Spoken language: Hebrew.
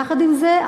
יחד עם זאת,